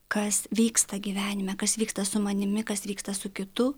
kas vyksta gyvenime kas vyksta su manimi kas vyksta su kitu